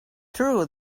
true